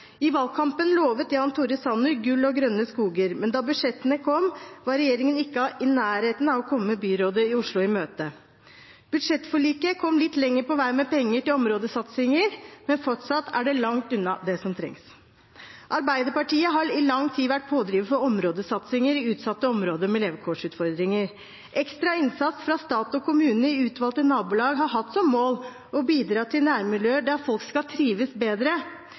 I valgkampen lovet Jan Tore Sanner gull og grønne skoger. Men da budsjettene kom, var regjeringen ikke i nærheten av å komme byrådet i Oslo i møte. Budsjettforliket kom litt lenger på vei med penger til områdesatsinger, men fortsatt er det langt unna det som trengs. Arbeiderpartiet har i lang tid vært pådriver for områdesatsinger i utsatte områder med levekårsutfordringer. Ekstra innsats fra stat og kommune i utvalgte nabolag har hatt som mål å bidra til nærmiljøer der folk skal trives bedre.